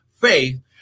faith